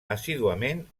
assíduament